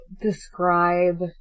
describe